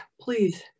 please